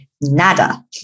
nada